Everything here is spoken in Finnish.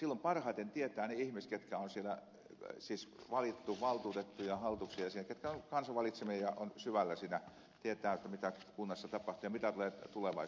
silloin parhaiten tietävät ne ihmiset ketkä on siellä valittu siis valtuutetut ja hallituksen jäsenet ketkä ovat kansan valitsemia ja ovat syvällä siinä ja tietävät mitä kunnassa tapahtuu ja mitä tulee tulevaisuudessa olemaan